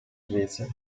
svizzera